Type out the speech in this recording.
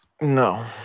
No